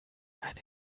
eine